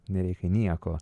nereikia nieko